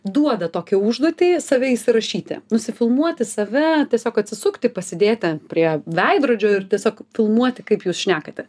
duoda tokią užduotį save įsirašyti nusifilmuoti save tiesiog atsisukti pasidėti prie veidrodžio ir tiesiog filmuoti kaip jūs šnekate